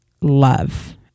love